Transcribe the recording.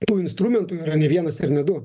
tų instrumentų yra ne vienas ir ne du